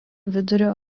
vidurio